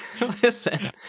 listen